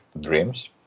dreams